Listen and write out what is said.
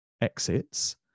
exits